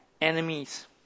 enemies